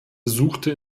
besuchte